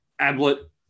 Ablett